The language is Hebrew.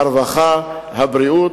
הרווחה והבריאות.